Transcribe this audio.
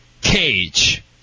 cage